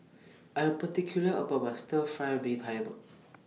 I Am particular about My Stir Fry Mee Tai Mak